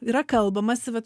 yra kalbamasi vat